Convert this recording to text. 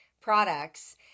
products